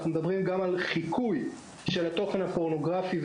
אנחנו מדברים גם על חיקוי של התוכן הפורנוגרפי.